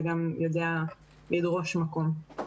וגם יודע לדרוש מקום.